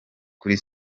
kuri